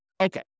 Okay